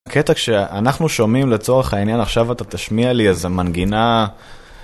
הקטע שאנחנו שומעים לצורך העניין, עכשיו אתה תשמיע לי איזו מנגינה.